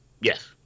Yes